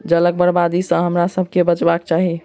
जलक बर्बादी सॅ हमरासभ के बचबाक चाही